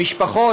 למשפחות